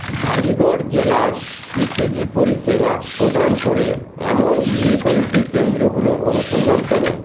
আলীগড় জেলায় ইসিজি পরিষেবা প্রদান করে এমন ইএসআইসি কেন্দ্রগুলোর অনুসন্ধান করুন